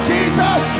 Jesus